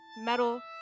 metal